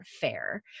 fair